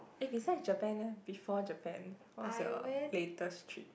eh besides Japan eh before Japan what's your latest trip